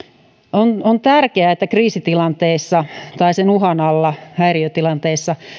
on on tärkeää että kriisitilanteissa tai sen uhan alla häiriötilanteissa